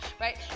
Right